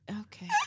okay